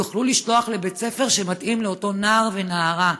הם יוכלו לשלוח לבית ספר שמתאים לאותו נער ונערה.